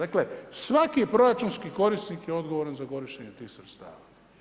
Dakle svaki proračunski korisnik je odgovoran za korištenje tih sredstava.